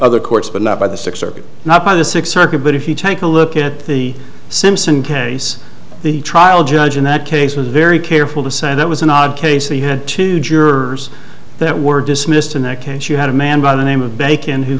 other courts but not by the six or not by the sixth circuit but if you take a look at the simpson case the trial judge in that case was very careful to say that was an odd case he had two jurors that were dismissed in that case you had a man by the name of bacon who